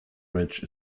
ridge